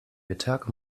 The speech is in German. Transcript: mittag